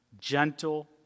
gentle